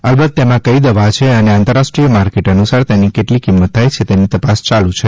અલબત્ત તેમાં કઇ દવા છે અને આંતરરાષ્ટ્રીય માર્કેટ અનુસાર તેની કેટલી કિંમત થાથ છે તેની તપાસ ચાલે છે